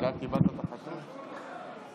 הוא היה פה ביום שני, ואמרנו שאין דבר כזה, לא?